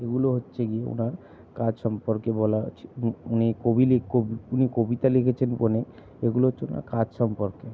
এগুলো হচ্ছে গিয়ে ওনার কাজ সম্পর্কে বলা আছে উনি কবি উনি কবিতা লিখেছেন অনেক এগুলো হচ্ছে ওনার কাজ সম্পর্কে